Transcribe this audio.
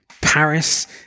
Paris